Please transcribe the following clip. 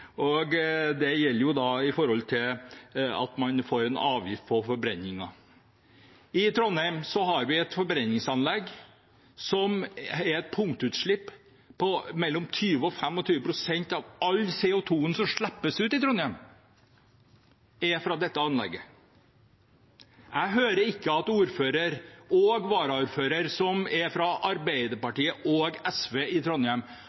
til at man får en avgift på forbrenning. I Trondheim har vi et forbrenningsanlegg som er et punktutslipp – mellom 20 og 25 pst. av all CO 2 som slippes ut i Trondheim, er fra dette anlegget. Jeg hører ikke at ordfører og varaordfører, som er fra henholdsvis Arbeiderpartiet og SV i Trondheim,